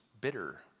bitter